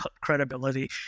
credibility